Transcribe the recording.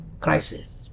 crisis